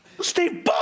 Steve